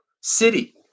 city